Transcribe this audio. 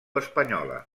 espanyola